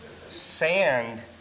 Sand